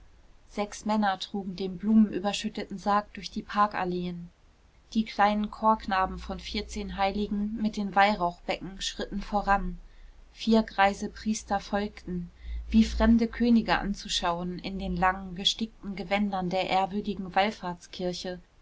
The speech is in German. sechs männer trugen den blumenüberschütteten sarg durch die parkalleen die kleinen chorknaben von vierzehnheiligen mit den weihrauchbecken schritten voran vier greise priester folgten wie fremde könige anzuschauen in den langen gestickten gewändern der ehrwürdigen wallfahrtskirche